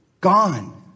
gone